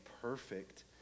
perfect